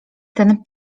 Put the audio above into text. ten